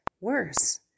worse